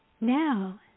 Now